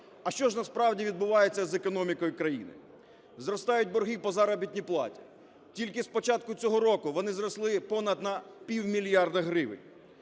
А що ж насправді відбувається з економікою країни? Зростають борги по заробітній платі. Тільки з початку цього року вони зросли понад на півмільярда гривень.